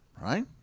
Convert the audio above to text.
right